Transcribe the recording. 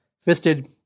fisted